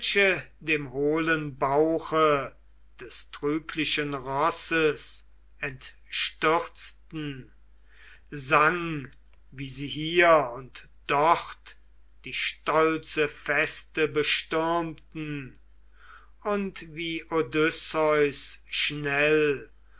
dem hohlen bauche des trüglichen rosses entstürzten sang wie sie hier und dort die stolze feste bestürmten und wie odysseus schnell